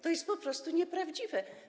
To jest po prostu nieprawdziwe.